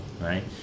right